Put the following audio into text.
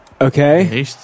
Okay